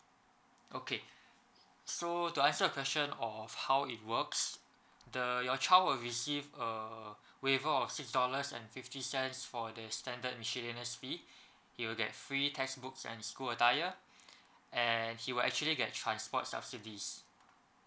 okay so to answer you question of how it works the your child will receive a waiver or six dollars and fifty cents for their standard miscellaneous fee he will get free textbooks and school attire and he will actually get transport subsidies